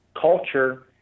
Culture